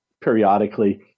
periodically